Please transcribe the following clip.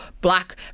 black